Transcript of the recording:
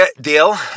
deal